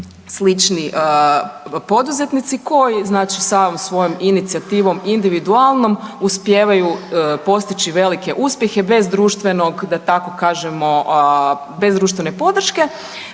slični poduzetnici koji sami svojom inicijativom individualnom uspijevaju postići velike uspjehe bez društvenog, da tako kažemo, bez društvene podrške